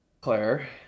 Claire